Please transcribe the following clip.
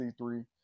c3